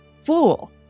Fool